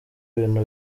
ibintu